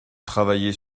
travaillez